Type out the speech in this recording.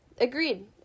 agreed